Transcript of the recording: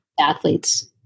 athletes